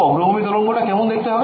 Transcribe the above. অগ্রগামী তরঙ্গ টা কেমন দেখতে হবে